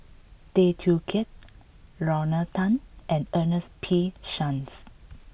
Tay Teow Kiat Lorna Tan and Ernest P Shanks